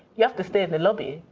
you have to stay in the lobby.